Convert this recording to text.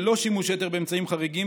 ללא שימוש יתר באמצעים חריגים,